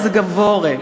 רזגבורה,